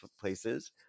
places